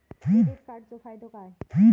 Credit कार्डाचो फायदो काय?